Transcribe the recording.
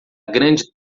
grande